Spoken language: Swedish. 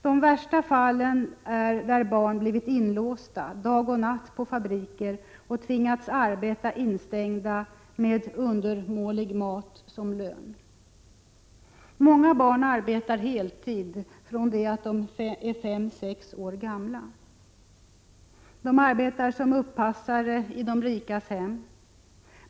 De värsta fallen är där barn blivit inlåsta dag och natt på fabriker och tvingas arbeta instängda med undermålig mat som lön. Många barn arbetar heltid redan från det att de är 5—6 år gamla. De arbetar som uppassare i de rikas hem.